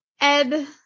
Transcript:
Ed